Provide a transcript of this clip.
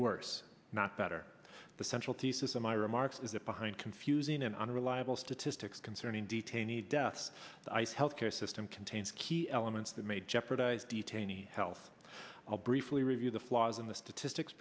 worse not better the central thesis of my remarks is that behind confusing and unreliable statistics concerning detainee deaths the ice health care system contains key elements that may jeopardize detainee health i'll briefly review the flaws in the statistics